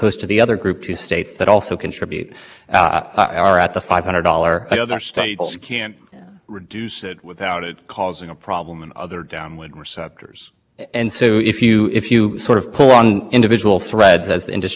follow all the sections so i would point to to the supreme court's approving citation to the to legislative history at fifteen ninety five of the supreme court's opinion where they talk about going from the prevent standard in the one nine hundred seventy seven